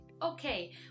Okay